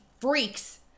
freaks